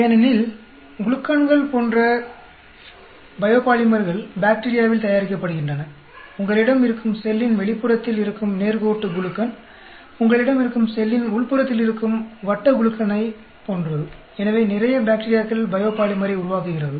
ஏனெனில் குளுக்கன்கள் போன்ற பயோபாலிமர்கள் பாக்டீரியாவில் தயாரிக்கப்படுகின்றன இது உங்களிடம் இருக்கும் செல்லின் வெளிப்புறத்தில் இருக்கும் நேர்கோட்டு குளுக்கன் உங்களிடம் இருக்கும் செல்லின் உள்புறத்தில் இருக்கும் வட்ட குளுக்கனைப் போன்றது எனவே நிறைய பாக்டீரியாக்கள் பயோபாலிமரை உருவாக்குகிறது